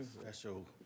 special